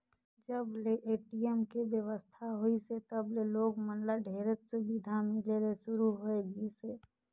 जब ले ए.टी.एम के बेवस्था होइसे तब ले लोग मन ल ढेरेच सुबिधा मिले ले सुरू होए गइसे